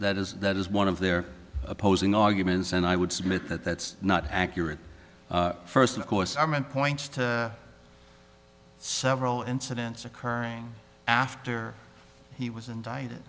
that is that is one of their opposing arguments and i would submit that that's not accurate first of course i meant points to several incidents occurring after he was indicted